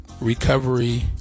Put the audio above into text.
recovery